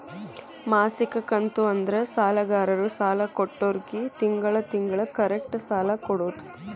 ಮಾಸಿಕ ಕಂತು ಅಂದ್ರ ಸಾಲಗಾರರು ಸಾಲ ಕೊಟ್ಟೋರ್ಗಿ ತಿಂಗಳ ತಿಂಗಳ ಕರೆಕ್ಟ್ ಸಾಲ ಕೊಡೋದ್